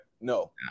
No